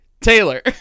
Taylor